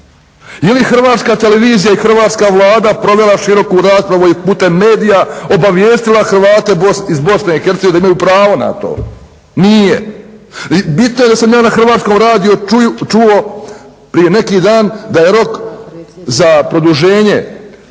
li Hrvatska televizija i hrvatska Vlada provela široku raspravu i putem medija obavijestila Hrvate iz Bosne i Hercegovine da imaju pravo na to? Nije. Bitno je da sam ja na Hrvatskom radiju čuo prije neki dan da je rok za produženje